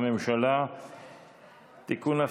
הממשלה (תיקון,